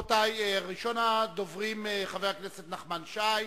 ראשון הדוברים הוא חבר הכנסת נחמן שי,